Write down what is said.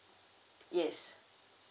yes